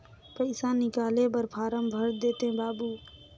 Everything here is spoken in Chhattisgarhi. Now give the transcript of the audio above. पइसा निकाले बर फारम भर देते बाबु?